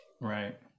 Right